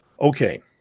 Okay